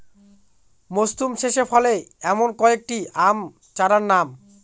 মরশুম শেষে ফলে এমন কয়েক টি আম চারার নাম?